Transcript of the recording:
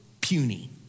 puny